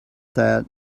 that